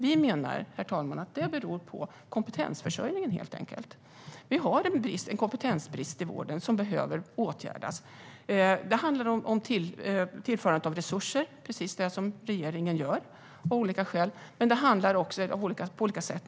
Vi menar, herr talman, att det helt enkelt beror på kompetensförsörjningen. Vi har en kompetensbrist i vården som behöver åtgärdas. Det handlar om att tillföra resurser, precis det som regeringen gör på olika sätt.